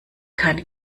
keine